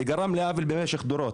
וגרם לעוול במשך דורות.